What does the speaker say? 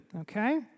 Okay